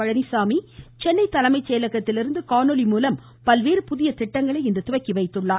பழனிசாமி சென்னை தலைமைச் செயலகத்திலிருந்து காணொலி மூலம் பல்வேறு புதிய திட்டங்களை இன்று துவக்கி வைத்தார்